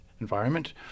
environment